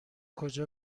کجا